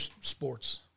sports